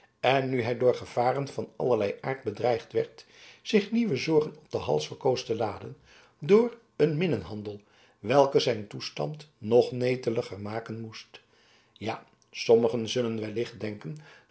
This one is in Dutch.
en nu hij door gevaren van allerlei aard bedreigd werd zich nieuwe zorgen op den hals verkoos te laden door een minnenhandel welke zijn toestand nog neteliger maken moest ja sommigen zullen wellicht denken